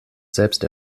selbst